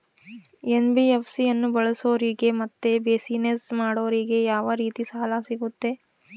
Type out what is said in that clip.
NBFC ಅನ್ನು ಬಳಸೋರಿಗೆ ಮತ್ತೆ ಬಿಸಿನೆಸ್ ಮಾಡೋರಿಗೆ ಯಾವ ರೇತಿ ಸಾಲ ಸಿಗುತ್ತೆ?